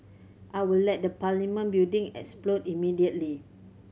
I will let the Parliament building explode immediately